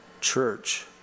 church